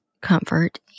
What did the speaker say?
comfort